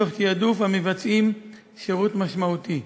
תוך העדפת המבצעים שירות משמעותי.